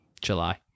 July